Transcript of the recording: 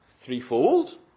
Threefold